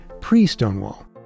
pre-Stonewall